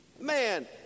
man